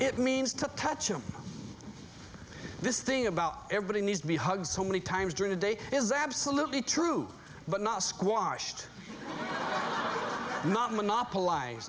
it means to touch him this thing about everybody needs to be hugged so many times during the day is absolutely true but not squashed not monopoli